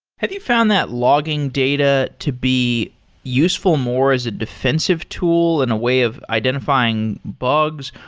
have you found that logging data to be useful more as a defensive tool and a way of identifying bugs,